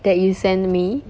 that you sent me